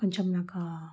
కొంచెం నాకు